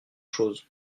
chose